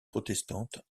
protestantes